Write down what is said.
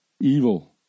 evil